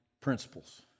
principles